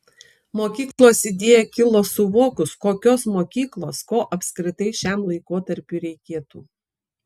mokyklos idėja kilo suvokus kokios mokyklos ko apskritai šiam laikotarpiui reikėtų